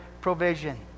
provision